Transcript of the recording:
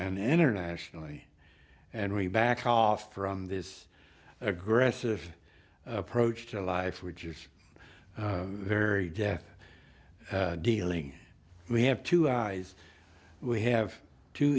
and internationally and we back off from this aggressive approach to life which is very death dealing we have two eyes we have t